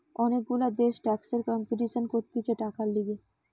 অনেক গুলা দেশ ট্যাক্সের কম্পিটিশান করতিছে টাকার লিগে